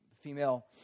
female